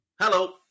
Hello